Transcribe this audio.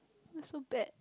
who so bad